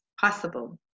possible